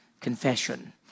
confession